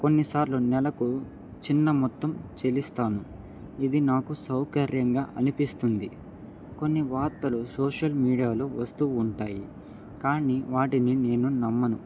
కొన్నిసార్లు నెలకు చిన్న మొత్తం చెలిస్తాను ఇది నాకు సౌకర్యంగా అనిపిస్తుంది కొన్ని వార్తలు సోషల్ మీడియాలో వస్తూ ఉంటాయి కానీ వాటిని నేను నమ్మను